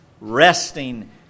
Resting